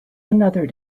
another